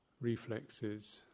reflexes